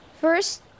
First